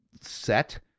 set